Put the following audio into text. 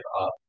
up